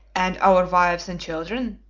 and our wives and children?